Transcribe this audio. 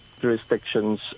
jurisdictions